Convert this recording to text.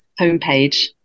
homepage